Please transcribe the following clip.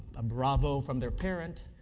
a bravo from their parent,